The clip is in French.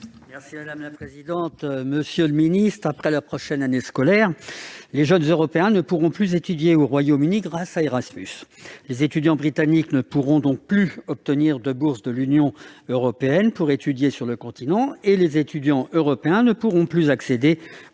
est à M. Yves Détraigne. Monsieur le secrétaire d'État, après la prochaine année scolaire, les jeunes Européens ne pourront plus étudier au Royaume-Uni grâce à Erasmus. Les étudiants britanniques ne pourront donc plus obtenir de bourses de l'Union européenne pour étudier sur le continent, et les étudiants européens ne pourront plus accéder aux